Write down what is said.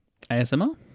ASMR